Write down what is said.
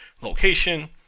location